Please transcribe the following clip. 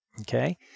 Okay